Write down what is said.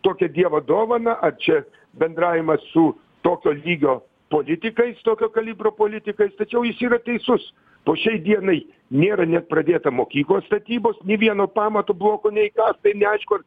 tokią dievo dovaną ar čia bendravimas su tokio lygio politikais tokio kalibro politikais tačiau jis yra teisus po šiai dienai nėra net pradėta mokyklos statybos nė vieno pamato bloko neįkasta ir neaišku ar